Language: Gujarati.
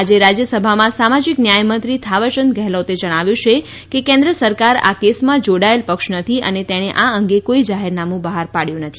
આજે રાજ્યસભામાં સામાજિક ન્યાય મંત્રી થાવરચંદ ગેહલોતે જણાવ્યું કે કેન્દ્ર સરકાર આ કેસમાં જોડાયેલ પક્ષ નહોતી અને તેણે આ અંગે કોઇ જાહેરનામું બહાર પાડ્યું નથી